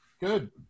good